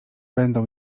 będą